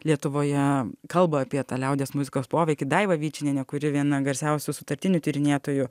lietuvoje kalba apie tą liaudies muzikos poveikį daiva vyčinienė kuri viena garsiausių sutartinių tyrinėtojų